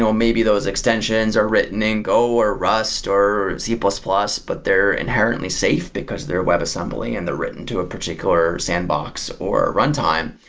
maybe those extensions are written in go, or rust, or c plus plus, but they're inherently safe because their web assembly and they're written to a particular sandbox or a runtime.